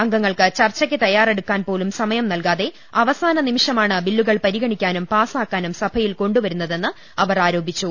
അംഗങ്ങൾക്ക് ചർച്ചക്ക് തയ്യാറെടുക്കാൻ പോലും സമയം നൽകാതെ അവസാനനിമിഷമാണ് ബില്ലുകൾ പരിഗണി ക്കാനും പാസ്സാക്കാനും സഭയിൽ കൊണ്ടുവരുന്നതെന്ന് അവർ ആരോപിച്ചു